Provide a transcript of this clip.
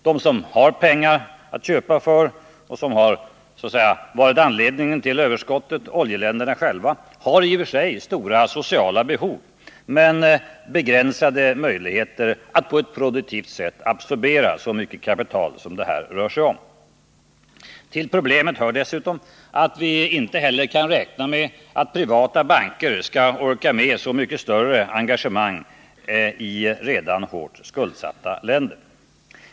De som har pengar att köpa för — oljeländerna själva — har i och för sig stora sociala behov men begränsade möjligheter att på ett produktivt sätt absorbera så mycket kapital som det här rör sig om. Till problemet hör dessutom att vi inte heller kan räkna med att privata banker skall orka med så mycket större engagemang i redan hårt skuldsatta länder.